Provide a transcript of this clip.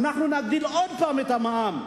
נגדיל עוד פעם את המע"מ,